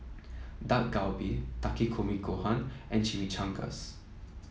Dak Galbi Takikomi Gohan and Chimichangas